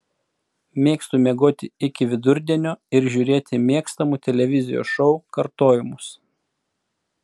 mėgstu miegoti iki vidurdienio ir žiūrėti mėgstamų televizijos šou kartojimus